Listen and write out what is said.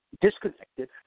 Disconnected